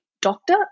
doctor